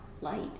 light